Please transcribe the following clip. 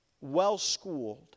well-schooled